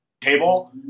table